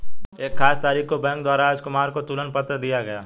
एक खास तारीख को बैंक द्वारा राजकुमार को तुलन पत्र दिया गया